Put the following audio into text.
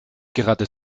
gerade